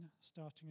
starting